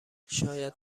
شاید